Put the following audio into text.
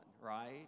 right